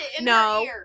no